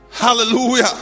Hallelujah